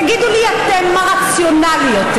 תגידו לי אתם מה רציונלי יותר,